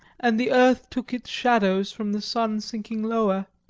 and the earth took its shadows from the sun sinking lower,